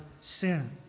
sin